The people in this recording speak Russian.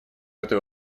этой